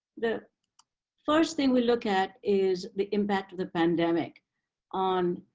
the first thing we look at is the impact of the pandemic on